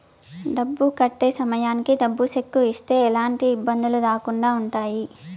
డబ్బు కట్టే సమయానికి డబ్బు సెక్కు ఇస్తే ఎలాంటి ఇబ్బందులు రాకుండా ఉంటాయి